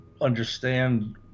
understand